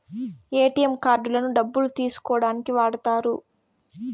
ATM కార్డులను డబ్బులు తీసుకోనీకి వాడుతారు